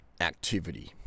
activity